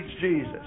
Jesus